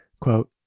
quote